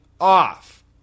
off